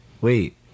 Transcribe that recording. Wait